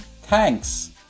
Thanks